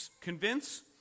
convince